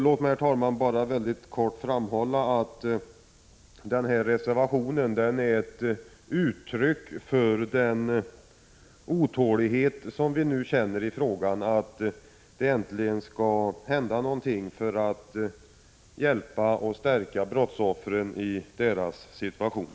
Låt mig, herr talman, bara framhålla att denna reservation är ett uttryck för den otålighet som vi nu känner i denna fråga. Vi vill att det äntligen skall hända någonting som hjälper och stärker brottsoffren i deras situation.